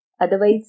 Otherwise